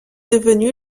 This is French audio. devenu